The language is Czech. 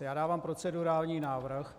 Já dávám procedurální návrh,